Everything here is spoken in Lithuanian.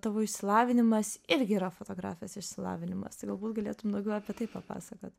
tavo išsilavinimas irgi yra fotografijos išsilavinimas tai galbūt galėtum daugiau apie tai papasakot